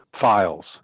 files